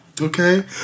Okay